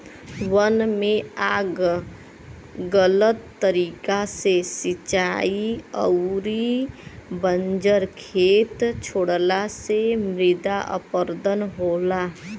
वन में आग गलत तरीका से सिंचाई अउरी बंजर खेत छोड़ला से मृदा अपरदन होला